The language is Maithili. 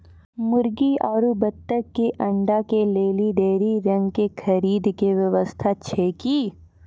मुर्गी आरु बत्तक के अंडा के लेली डेयरी रंग के खरीद के व्यवस्था छै कि?